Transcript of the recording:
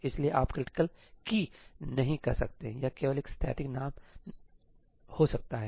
इसलिएआप critical' नहीं कह सकते हैंयह केवल एक स्थैतिक नाम हो सकता है